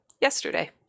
yesterday